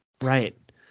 Right